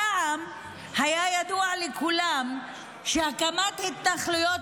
פעם היה ידוע לכולם שהקמת התנחלויות